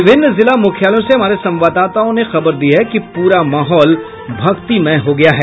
विभिन्न जिला मुख्यालयों से हमारे संवाददाताओं ने खबर दी है कि प्ररा माहौल भक्तिमय हो गया है